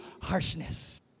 harshness